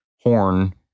horn